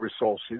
resources